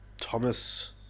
Thomas